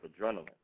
adrenaline